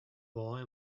boy